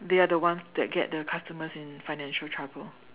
they are the ones that get the customers in financial trouble